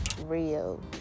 real